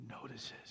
notices